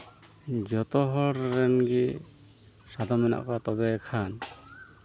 ᱡᱚᱛᱚ ᱦᱚᱲ ᱨᱮᱱ ᱜᱮ ᱥᱟᱫᱚᱢ ᱢᱮᱱᱟᱜ ᱠᱚᱣᱟ ᱛᱚᱵᱮᱠᱷᱟᱱ